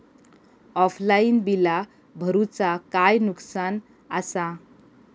Offline बिला भरूचा काय नुकसान आसा?